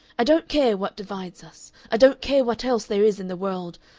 i don't care what divides us. i don't care what else there is in the world.